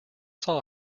saw